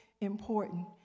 important